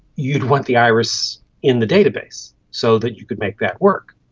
you'd want the iris in the database so that you could make that work.